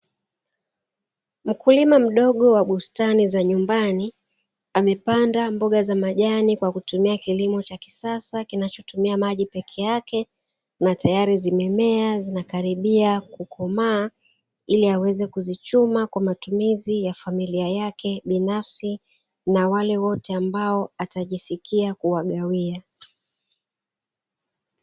Mkulima mdogo wa bustani za nyumbani amepanda mboga za majani kwa kutumia kilimo cha kisasa kinachotumia maji peke yake, na tayari zimemea zinakaribia kukomaa ili aweze kuzichuma kwa matumizi ya familia yake binafsi na wale wote ambao atajisikia kuwagawia.